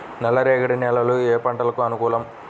నల్లరేగడి నేలలు ఏ పంటలకు అనుకూలం?